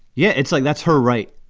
yeah, it's like that's her, right.